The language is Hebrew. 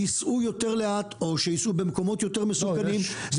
ייסעו יותר לאט או ייסעו במקומות יותר מסוכנים.